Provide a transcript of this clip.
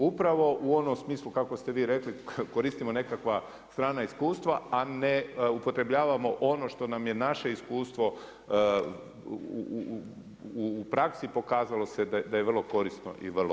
Upravo u onom smislu kako ste vi rekli, koristimo nekakva strana iskustva, a ne upotrebljavamo ono što nam je naše iskustvo u praksi pokazalo se da je vrlo korisno i vrlo dobro.